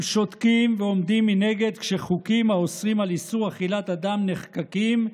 הם שותקים ועומדים מנגד כשחוקים האוסרים איסור אכילת אדם נחקקים,